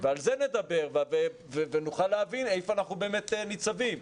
ועל זה נדבר ונוכל להבין איפה אנחנו באמת ניצבים.